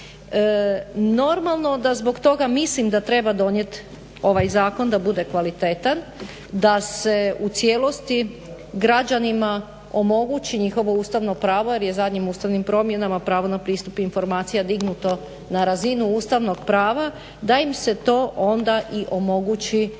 Normalno da zbog toga mislim da treba donijeti ovaj zakon da bude kvalitetan, da se u cijelosti građanima omogući njihovo ustavno pravo jer je zadnjim ustavnim promjenama pravo na pristup informacijama dignuto na razinu ustavnog prava, da im se to onda i omogući